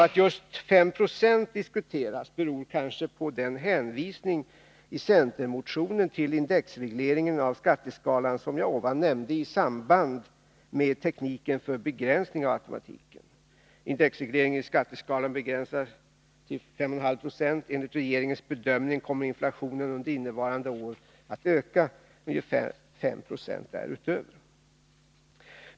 Att just 5 26 diskuteras beror kanske på den hänvisning i centermotionen till indexregleringen i skatteskalan som jag här nämnde i samband med tekniken för begränsning av automatiken. Indexregleringen i skatteskalan begränsades till 5,5 26. Enligt regeringens bedömning kommer inflationen under innevarande år att bli ungefär 5 96 däröver.